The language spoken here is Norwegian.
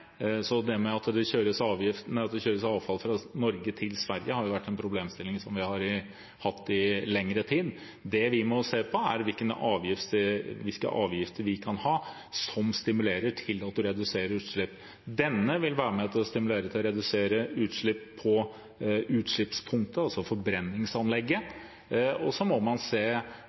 har jo vært en problemstilling som vi har hatt i lengre tid. Det vi må se på, er hvilke avgifter vi kan ha som stimulerer til at vi reduserer utslipp. Denne avgiften vil være med og stimulere til å redusere utslipp på utslippspunktet, altså forbrenningsanlegget. Og så må man se